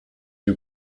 who